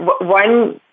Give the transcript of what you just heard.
one